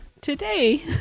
Today